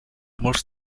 molts